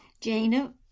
Jana